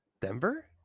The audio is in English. Denver